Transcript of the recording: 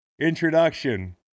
introduction